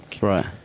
Right